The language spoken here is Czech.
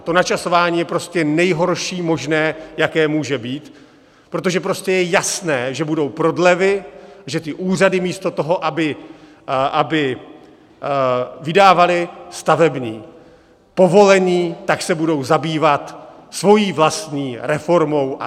To načasování je prostě nejhorší možné, jaké může být, protože prostě je jasné, že budou prodlevy, že ty úřady místo toho, aby vydávaly stavební povolení, tak se budou zabývat svojí vlastní reformou a stěhováním!